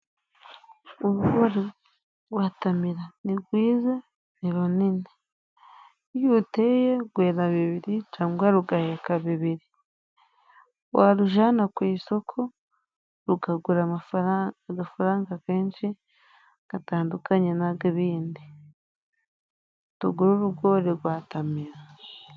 Urugori rwa tamira ni rwiza ni runini iyo uruteye rwera bibiri cangwa rugaheka bibiri, warujana ku isoko rugagura agafaranga genshi gatandukanye n'ag'ibindi. Tugure urugori rwa tamira.